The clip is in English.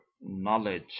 knowledge